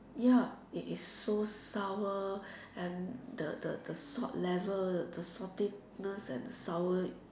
yup it is so sour and the the the salt level the saltiness and the sour